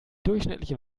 durchschnittliche